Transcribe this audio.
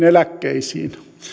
eläkkeisiin